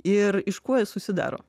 ir iš ko jie susidaro